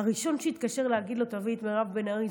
הראשון שהתקשר להגיד לו: תביא את מירב בן ארי,